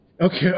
Okay